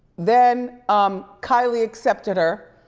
then um kylie accepted her,